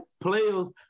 players